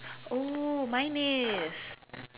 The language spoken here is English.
oh mine is